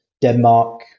Denmark